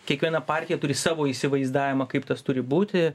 kiekviena partija turi savo įsivaizdavimą kaip tas turi būti